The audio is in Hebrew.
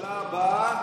לממשלה הבאה,